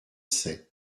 sept